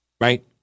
right